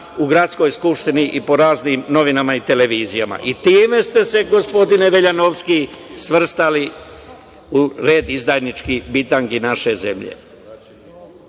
u Gradskoj skupštini i po raznim novinama i televizijama? Time ste se, gospodine Veljanovski, svrstali u red izdajničkih bitangi naše zemlje. Sad